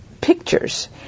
pictures